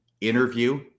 interview